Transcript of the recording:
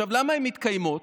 למה הן מתקיימות?